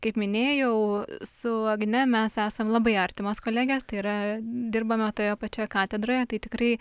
kaip minėjau su agne mes esam labai artimos kolegės tai yra dirbame toje pačioje katedroje tai tikrai